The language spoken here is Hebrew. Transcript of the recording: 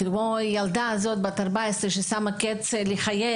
כמו הילדה הזאת בת 14 ששמה קץ לחייה.